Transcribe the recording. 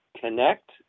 Connect